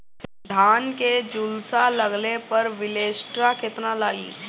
धान के झुलसा लगले पर विलेस्टरा कितना लागी?